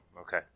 okay